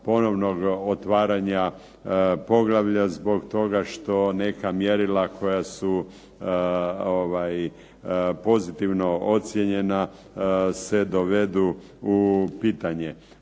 ponovnog otvaranja poglavlja zbog toga što neka mjerila koja su pozitivno ocijenjena se dovedu u pitanje.